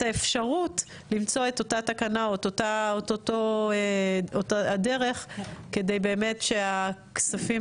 האפשרות למצוא את אותה תקנה או את אותה הדרך כדי באמת שהכספים